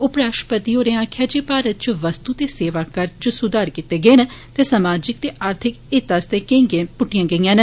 उप राष्ट्रपति हारें आक्खेआ जे भारत च वस्तु ते सेवा कर च सुधार कीते गे न ते सामाजिक ते आर्थिक हित आस्तै केंई गै प्रष्टियां गेइयां न